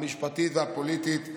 המשפטית והפוליטית,